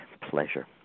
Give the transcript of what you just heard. Pleasure